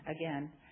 again